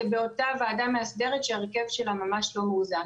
זה באותה ועדה מהסדרת שההרכב שלה ממש לא מאוזן.